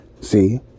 See